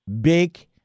Big